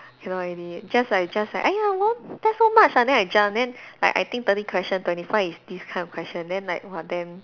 cannot already just like just like !aiya! won't test so much lah then I jump then like I think thirty question twenty five is this kind of question then like !wah! damn